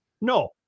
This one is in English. No